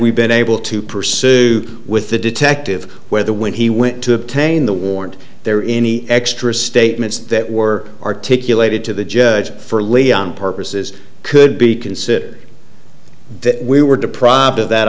we been able to pursue with the detective whether when he went to obtain the warrant there any extra statements that were articulated to the judge for leon purposes could be considered that we were deprived of that